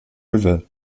river